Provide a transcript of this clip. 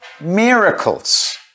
miracles